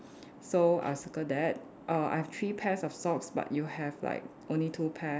so I circle that err I have three pairs of socks but you have like only two pair